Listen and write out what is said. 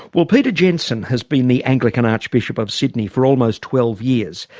well peter jensen has been the anglican archbishop of sydney for almost twelve years.